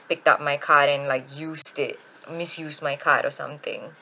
picked up my card and like used it misuse my card or something